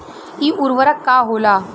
इ उर्वरक का होला?